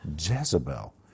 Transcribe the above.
Jezebel